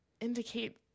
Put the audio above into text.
indicate